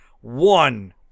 one